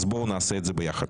אז בואו נעשה את זה ביחד.